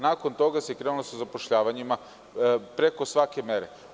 Nakon toga krenulo se sa zapošljavanjima preko svake mere.